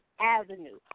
Avenue